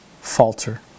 falter